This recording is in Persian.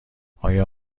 آیا